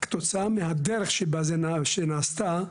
כתוצאה מהדרך שבה היא נעשתה,